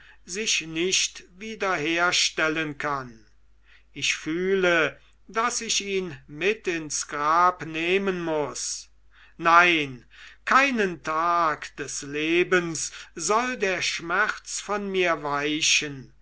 sich nicht wieder herstellen kann ich fühle daß ich ihn mit ins grab nehmen muß nein keinen tag des lebens soll der schmerz vor mir weichen